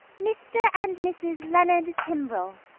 mr. and mrs. leonard timbrell.